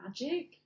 magic